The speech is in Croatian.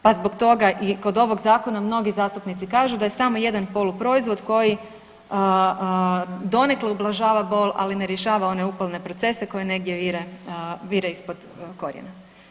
Pa zbog toga i kod ovog zakona mnogi zastupnici kažu da je samo jedan poluproizvod koji donekle ublažava bol, ali ne rješava one upalne procese koje negdje vire ispod korijena.